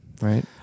right